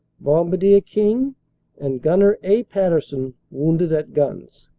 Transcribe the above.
bombadier king and gunner a. patterson wounded at guns.